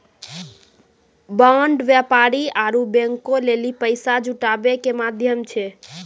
bond व्यापारी आरु बैंको लेली पैसा जुटाबै के माध्यम छै